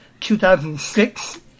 2006